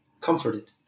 comforted